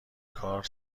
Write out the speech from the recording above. کار